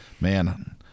Man